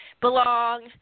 belong